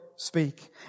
speak